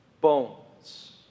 bones